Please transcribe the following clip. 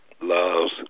loves